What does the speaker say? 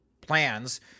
plans